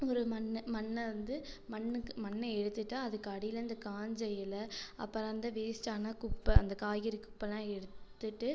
ஒரு மண்ணும் மண்ணை வந்து மண்ணுக்கு மண்ணை எடுத்துட்டு அதுக்கு அடியில் இந்த காஞ்ச இலை அப்புறம் அந்த வேஸ்ட்டான குப்பை அந்த காய்கறி குப்பைல்லாம் எடுத்துகிட்டு